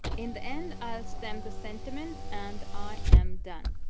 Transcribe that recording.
in the end, i'll stamp the sentiment and i am done.